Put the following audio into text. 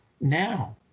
now